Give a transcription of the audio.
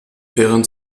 während